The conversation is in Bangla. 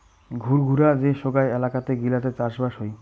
ঘুরঘুরা যে সোগায় এলাকাত গিলাতে চাষবাস হই